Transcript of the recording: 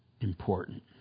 important